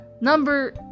number